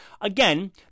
Again